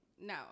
No